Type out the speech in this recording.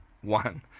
one